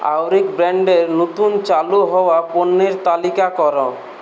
Auric ব্র্যান্ডের নতুন চালু হওয়া পণ্যের তালিকা কর